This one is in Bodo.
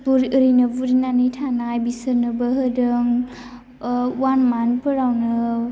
बुरै ओरैनो बुरिनानै थानाय बिसोरनोबो होदों वान मान्ट फोरावनो